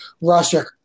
Russia